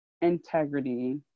integrity